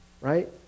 right